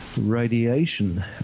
radiation